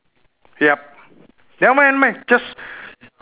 yup never mind never mind just